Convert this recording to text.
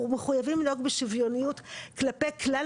אנחנו מחויבים להיות בשוויוניות כלפי כלל